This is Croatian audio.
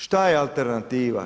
Što je alternativa?